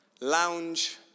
lounge